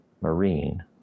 Marine